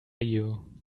you